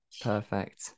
perfect